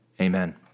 Amen